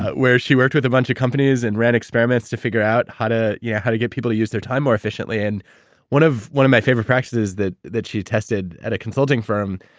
where she worked with a bunch of companies and ran experiments to figure out how to yeah how to get people to use their time more efficiently. and one of one of my favorite practices that that she tested at a consulting firm,